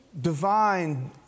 divine